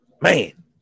Man